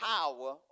power